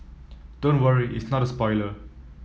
don't worry it's not a spoiler